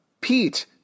Pete